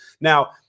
Now –